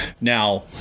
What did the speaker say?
now